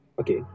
okay